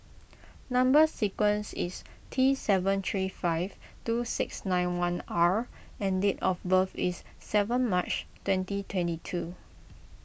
Number Sequence is T seven three five two six nine one R and date of birth is seven March twenty twenty two